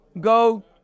go